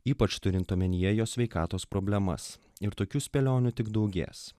ypač turint omenyje jo sveikatos problemas ir tokių spėlionių tik daugės